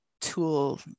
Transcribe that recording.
tool